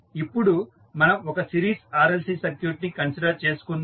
ఇప్పుడు మనం ఒక సిరీస్ RLC సర్క్యూట్ ని కన్సిడర్ చేసుకుందాం